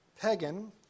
pagan